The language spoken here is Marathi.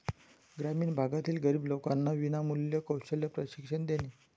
ग्रामीण भागातील गरीब लोकांना विनामूल्य कौशल्य प्रशिक्षण देणे